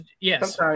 yes